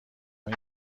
این